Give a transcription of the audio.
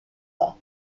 pas